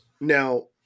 Now